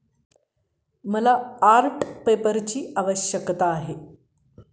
मला आर्ट पेपरची आवश्यकता आहे